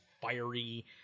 fiery